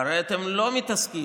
הרי אתם לא מתעסקים,